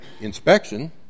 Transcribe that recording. inspection